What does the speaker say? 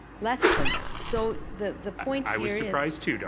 less than that. so the the point i was surprised too.